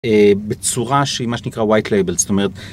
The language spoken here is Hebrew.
בצורה שהיא מה שנקרא white label, זאת אומרת